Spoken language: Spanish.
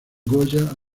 goya